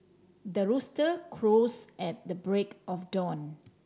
the rooster crows at the break of dawn